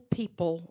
people